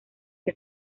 que